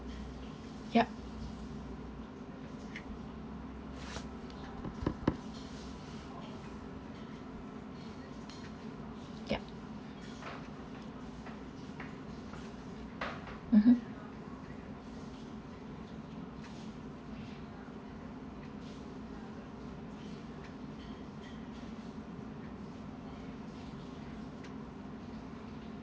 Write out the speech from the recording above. yup yup mmhmm